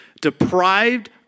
deprived